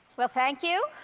well, thank you.